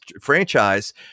franchise